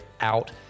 out